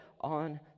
on